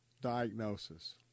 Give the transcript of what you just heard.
diagnosis